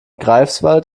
greifswald